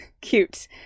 Cute